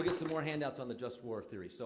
yeah some more hand-outs on the just war theory, so.